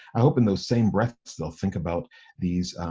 i hope in those same breaths, they'll think about these,